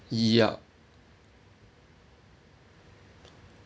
ya